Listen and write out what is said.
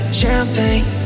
champagne